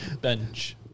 Bench